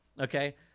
okay